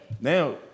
now